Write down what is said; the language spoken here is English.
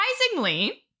surprisingly